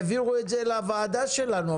העבירו את זה לוועדה שלנו,